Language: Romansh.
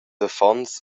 affons